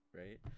right